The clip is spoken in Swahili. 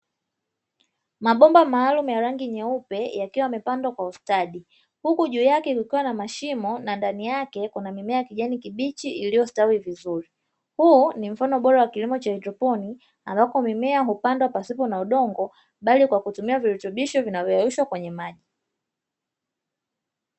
Mabomba maalumu ya rangi nyeupe yakiwa yamepandwa kwa ustadi uku juu yake kukiwa na mashimo na ndani yake kuna mimea ya kijani kibichi iliyostawi vizuri, huu ni mfano bora wa kilimo cha haidroponi ambapo mimea hupandwa pasipo na udongo bali kwa kutumia virutubisho vinavyoyayushwa kwenye maji.